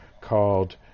called